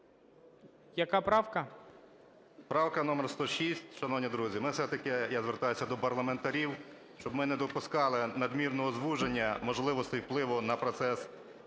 Т.І. Правка номер 106. Шановні друзі, ми все-таки, я звертаюсь до парламентарів, щоб ми не допускали надмірного звуження можливостей впливу на процес